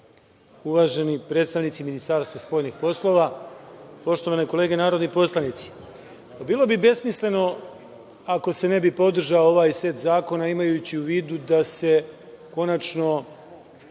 uvaženi predstavnici Ministarstva spoljnih poslova, poštovane kolege narodni poslanici, bilo bi besmisleno ako se ne bi podržao ovaj set zakona, imajući u vidu da se konačno